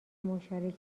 مشارکت